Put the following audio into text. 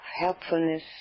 helpfulness